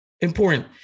important